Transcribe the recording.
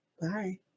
Bye